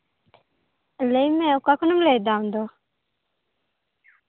ᱞᱟᱹᱭ ᱢᱮ ᱚᱠᱟ ᱠᱷᱚᱱᱮᱢ ᱞᱟᱹᱭ ᱮᱫᱟ ᱟᱢ ᱫᱚ